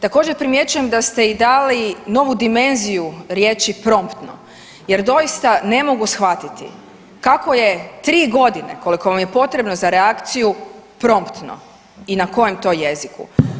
Također primjećujem da ste i dali novu dimenziju riječi „promptno“ jer doista ne mogu shvatiti kako je 3.g. koliko vam je potrebno za reakciju promptno i na kojem to jeziku.